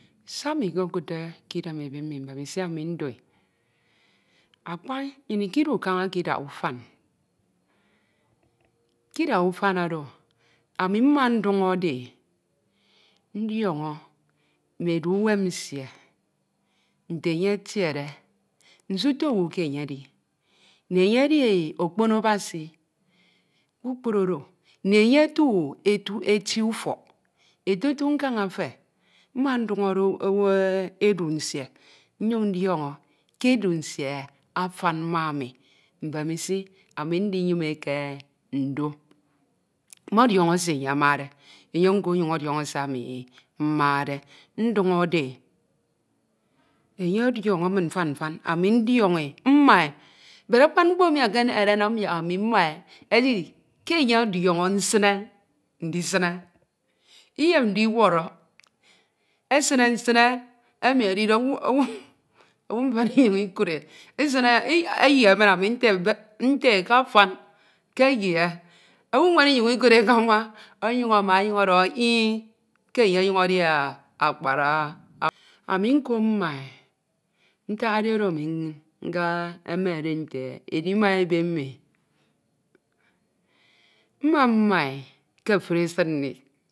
Se ami enkeudde kídtin ‘ebe mi mbemisi anii ndo e. Akpa, nnyin ikedu kan̄a kidak ufan, kidak ufan oro, mma ndin̄ore e nine edii umem nsie, nte, enye etiede nsito oiuu ke enye edi, ndi enye edi okpono Abasi kpukpru Oo, ndi enye otu, etu eti ufok, etetu nkan̄ efe mma ndun̄ọre owii, owii edú nsìe, nyun̄ ndion̄ọ ke edu nsie afan ma ami, nibemisi ami ndinyiinee ke ndo, mọdiọn̄o se enye amade, enye nko ọnyun ọdiọnọ se ami mmade n dunore e enye ọdiọn̄ọ min nfannifan ami ndiọn̄ọe nimae bed akpan nikpa emì ekenehere anani yak ami mma e edi ke enye ọdiọn̄ọ nsine iyem ndiwọrọ, esine, nsine emi edide owu omu oluu nifen inyi ikude esine e i eyie min nte e ke afan eyie oiuu nwen inyun̄ ikude kan̄ma dọkhọ ete ih ke enye ọnyun edi akparawa, anu nko mmae. Ntak edi oro ami nkemekdee nte edima ebe mmi, mma mma e ke etun esid nni nyan.